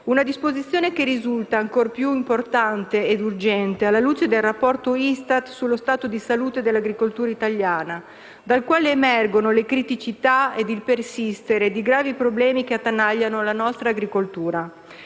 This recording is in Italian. Una disposizione che risulta ancor più importante ed urgente, alla luce del rapporto ISTAT sullo stato di salute dell'agricoltura italiana, dal quale emergono le criticità ed il persistere di gravi problemi che attanagliano la nostra agricoltura.